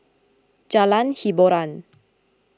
Jalan Hiboran